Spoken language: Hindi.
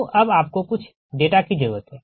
तो अब आपको कुछ डेटा की जरुरत है